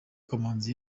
kankazi